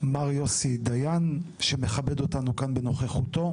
מר יוסי דיין שמכבד אותנו כאל בנוכחותו.